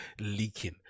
leaking